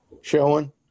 showing